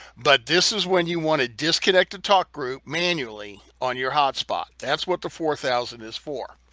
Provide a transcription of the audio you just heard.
but this is when you wanna disconnect the talk group manually on your hotspot, that's what the four thousand is for.